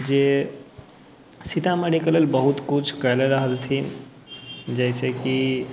जे सीतामढ़ीके लेल बहुत किछु कैले रहलथिन जैसे कि